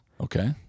Okay